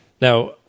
Now